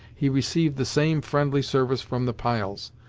he received the same friendly service from the piles.